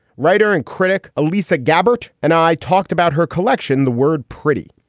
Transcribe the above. writer and critic alisa gabbert and i talked about her collection, the word pretty.